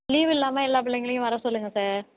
leave இல்லாமல் எல்லா பிள்ளைங்களையும் வர சொல்லுங்கள் சார்